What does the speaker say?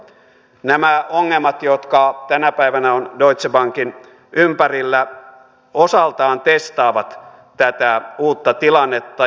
nämä ongelmat jotka ovat tänä päivänä deutsche bankin ympärillä osaltaan testaavat tätä uutta tilannetta